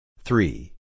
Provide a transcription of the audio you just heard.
Three